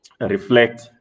reflect